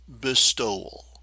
bestowal